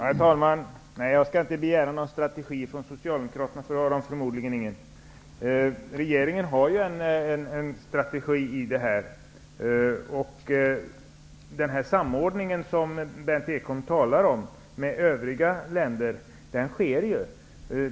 Herr talman! Jag skall inte begära någon strategi från Socialdemokraterna, eftersom de förmodligen inte har någon. Regeringen har en strategi i detta sammanhang. Den samordning med andra länder som Berndt Ekholm talar om sker ju.